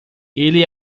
ele